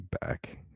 back